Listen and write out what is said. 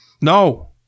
No